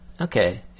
okay